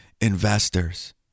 investors